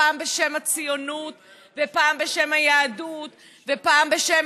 פעם בשם הציונות ופעם בשם היהדות ופעם בשם